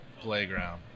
playground